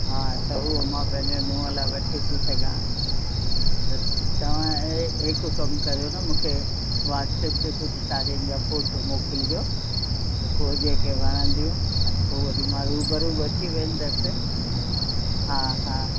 हा त उहो मां पंहिंजो नुंहं लाइ वठी थी सघां त तव्हां जे हिकु कमु करियो न मूंखे वॉट्सअप ते कुझु साड़ीयुनि जा फोटूं मोकिलिजो त पोइ जेके वणंदियूं ऐं पोइ वरी मां रूबरू बि अची वेंदसि हा हा